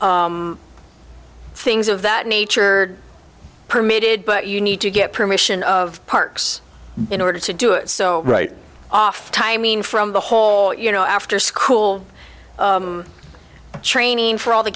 things of that nature permitted but you need to get permission of parks in order to do it so right off time in from the hall you know after school training for all the